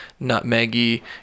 nutmeggy